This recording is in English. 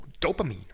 dopamine